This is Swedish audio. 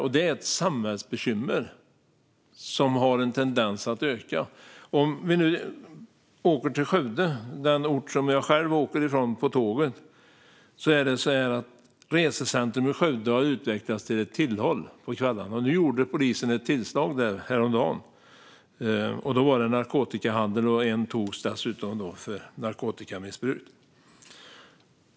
Det här är ett samhällsbekymmer som har en tendens att öka. Vi kan åka till Skövde i stället, den ort som jag själv åker tåg ifrån. Resecentrum i Skövde har utvecklats till ett tillhåll på kvällarna. Häromdagen gjorde polisen ett tillslag, och då var det narkotikahandel där. En person togs dessutom för narkotikamissbruk.